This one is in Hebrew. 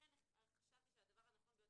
לכן חשבתי שהדבר הנכון הוא,